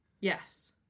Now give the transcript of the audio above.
yes